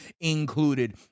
included